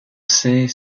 sait